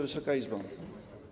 Wysoka Izbo!